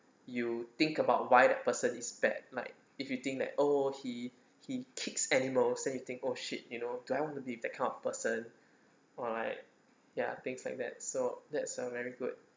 you think about why that person is bad like if you think that oh he he kicks animals anything oh shit you know to have to be that kind of person or like ya things like that so that's a very good